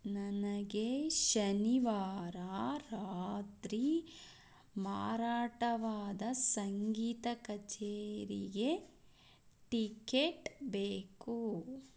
ನನಗೆ ಶನಿವಾರ ರಾತ್ರಿ ಮಾರಾಟವಾದ ಸಂಗೀತ ಕಚೇರಿಗೆ ಟಿಕೆಟ್ ಬೇಕು